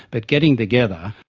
but getting together,